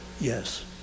yes